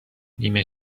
نیمه